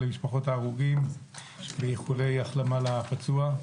למשפחות ההרוגים ואיחולי החלמה לפצוע.